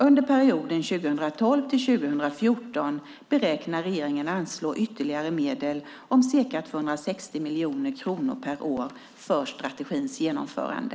Under perioden 2012-2014 beräknar regeringen anslå ytterligare medel om ca 260 miljoner kronor per år för strategins genomförande.